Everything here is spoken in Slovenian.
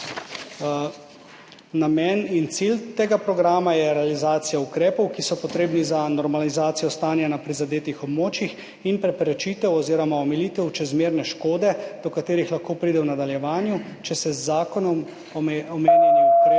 Namen in cilj tega programa je realizacija ukrepov, ki so potrebni za normalizacijo stanja na prizadetih območjih in preprečitev oziroma omilitev čezmerne škode, do katere lahko pride v nadaljevanju, če se z zakonom omenjeni ukrepi